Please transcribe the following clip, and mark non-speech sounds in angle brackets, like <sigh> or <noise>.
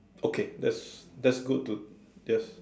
okay that's <breath> that's good to just